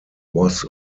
was